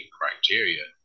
criteria